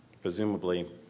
presumably